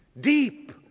Deep